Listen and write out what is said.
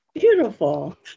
Beautiful